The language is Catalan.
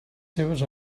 seues